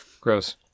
gross